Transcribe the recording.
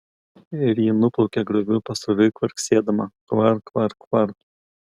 ir ji nuplaukė grioviu pasroviui kvarksėdama kvar kvar kvar